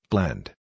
Blend